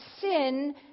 sin